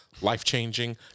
life-changing